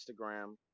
Instagram